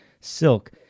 silk